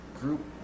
group